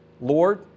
Lord